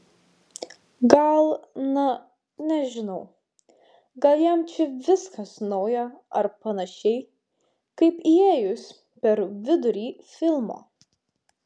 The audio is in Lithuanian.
gal na nežinau gal jam čia viskas nauja ar panašiai kaip įėjus per vidurį filmo